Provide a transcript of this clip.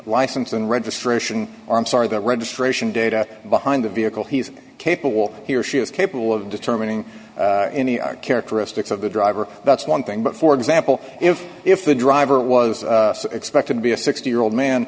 license and registration or i'm sorry the registration data behind the vehicle he's capable he or she is capable of determining any are characteristics of the driver that's one thing but for example if if the driver was expected to be a sixty year old man